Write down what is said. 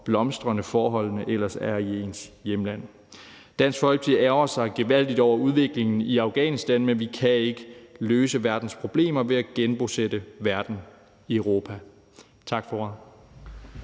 blomstrende forholdene ellers er i ens hjemland. Dansk Folkeparti ærgrer sig gevaldigt over udviklingen i Afghanistan, men vi kan ikke løse verdens problemer ved at genbosætte verden i Europa. Tak for